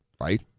right